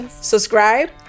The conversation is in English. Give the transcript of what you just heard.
subscribe